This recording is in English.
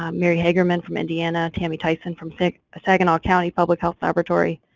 um mary hagerman from indiana, tammy tyson from saginaw county public health laboratory.